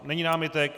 Není námitek?